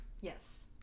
Yes